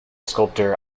sculptor